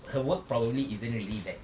her work probably isn't really that